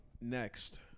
next